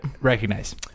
recognize